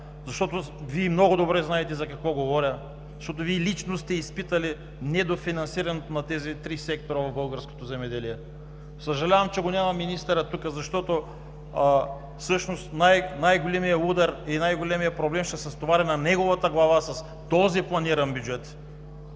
Танева. Вие много добре знаете за какво говоря, защото Вие лично сте изпитали недофинансирането на тези три сектора в българското земеделие. Съжалявам, че го няма министърът тук, защото всъщност най големият удар и най-големият проблем ще се стовари на неговата глава с този планиран бюджет.